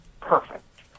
perfect